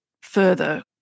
further